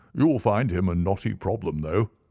you'll find him a knotty problem, though.